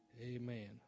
Amen